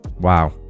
wow